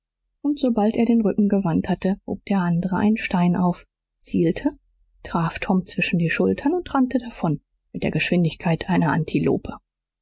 und sobald er den rücken gewandt hatte hob der andere einen stein auf zielte traf tom zwischen die schultern und rannte davon mit der geschwindigkeit einer antilope